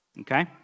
okay